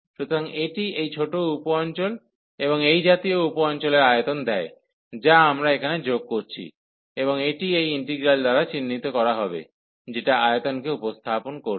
সুতরাং এটি এই ছোট উপ অঞ্চল এবং এই জাতীয় উপ অঞ্চলের আয়তন দেয় যা আমরা এখানে যোগ করছি এবং এটি এই ইন্টিগ্রাল দ্বারা চিহ্নিত করা হবে যেটা আয়তনকে উপস্থাপন করবে